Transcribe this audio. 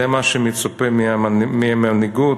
זה מה שמצופה מהמנהיגות?